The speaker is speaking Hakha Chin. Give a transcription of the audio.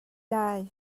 lai